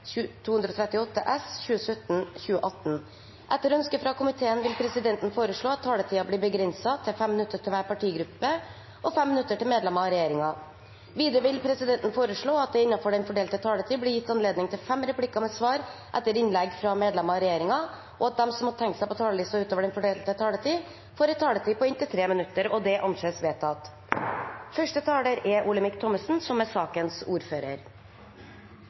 Videre vil presidenten foreslå at det – innenfor den fordelte taletid – blir gitt anledning til inntil fem replikker med svar etter innlegg fra medlemmer av regjeringen, og at de som måtte tegne seg på talerlisten utover den fordelte taletid, får en taletid på inntil 3 minutter. – Det anses vedtatt. I dag behandler vi fire representantforslag som